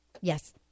Yes